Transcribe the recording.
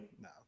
no